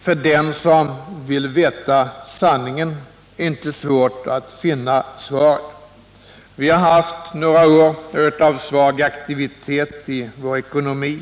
för den som vill veta sanningen inte svårt att finna svaret. Vi har haft några år av svag aktivitet i vår ekonomi.